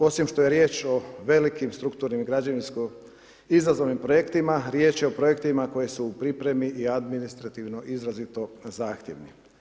Osim što je riječ o velikim strukturnim građevinsko izazovnim projektima, riječ je o projektima koji su u pripremi i administrativno izrazito zahtjevni.